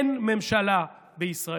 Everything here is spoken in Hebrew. אין ממשלה בישראל.